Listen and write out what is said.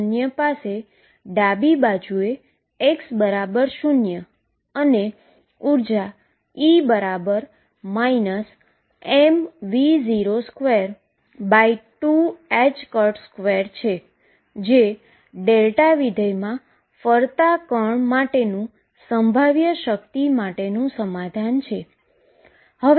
x 0 પાસે ડાબી બાજુ એ x 0 અને ઉર્જા E mV022ℏ2 જે ફંક્શનમાં ફરતા પાર્ટીકલના પોટેંશિઅલ માટેનું સમાધાન છે